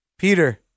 Peter